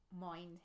mind